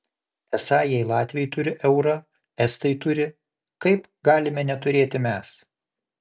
esą jei latviai turi eurą estai turi kaip galime neturėti mes